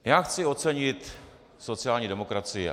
Já chci ocenit sociální demokracii.